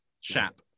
Shap